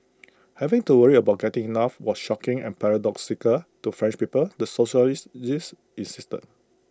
having to worry about getting enough was shocking and paradoxical to French people the sociologist this insisted